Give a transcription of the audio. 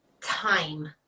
time